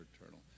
eternal